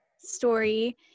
story